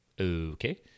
okay